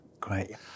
Great